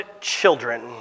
children